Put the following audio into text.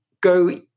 go